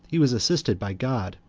he was assisted by god,